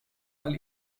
weil